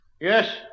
Yes